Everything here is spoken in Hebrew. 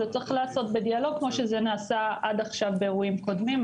זה צריך להיעשות בדיאלוג כמו שזה נעשה עד עכשיו באירועים קודמים.